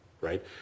right